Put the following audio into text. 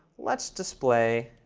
let's display